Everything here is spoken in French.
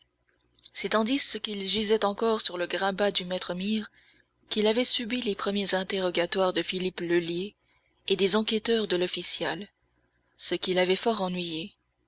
c'est tandis qu'il gisait encore sur le grabat du maître myrrhe qu'il avait subi les premiers interrogatoires de philippe lheulier et des enquêteurs de l'official ce qui l'avait fort ennuyé